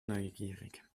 neugierig